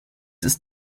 ist